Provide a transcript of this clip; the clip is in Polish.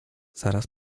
zaraz